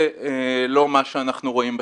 זה לא מה שאנחנו רואים בשטח.